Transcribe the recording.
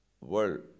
world